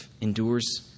endures